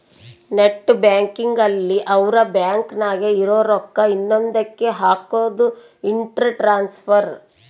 net banking ಅಲ್ಲಿ ಅವ್ರ bank ನಾಗೇ ಇರೊ ರೊಕ್ಕ ಇನ್ನೊಂದ ಕ್ಕೆ ಹಕೋದು ಇಂಟ್ರ ಟ್ರಾನ್ಸ್ಫರ್